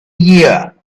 year